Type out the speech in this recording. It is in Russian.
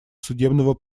судебного